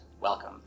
Welcome